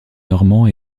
normand